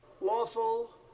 Lawful